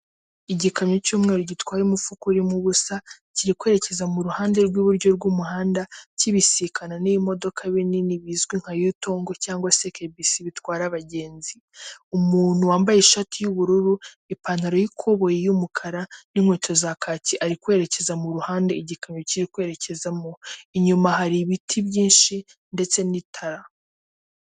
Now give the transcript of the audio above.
Igikamyo cy'umweru gitwaye umufuka urimo ubusa kiri kwerekeza mu ruhande rw'iburyo rw'umuhanda kibisikana n'imodoka binini bizwi nka yutongo se sekebisi bitwara abagenzi umuntu wambaye ishati y'ubururu ipantaro y'ikoboye y'umukara n'inkweto za kaki arirekeza mu ruhande igikamyo cye kwerekezamo inyuma hari ibiti byinshi ndetse n'itara.